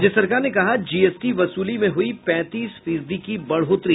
राज्य सरकार ने कहा जीएसटी वसूली में हुई पैंतीस फीसदी की बढ़ोतरी